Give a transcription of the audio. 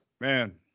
man